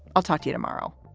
i'll talk to you tomorrow